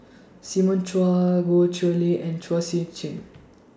Simon Chua Goh Chiew Lye and Chua Sian Chin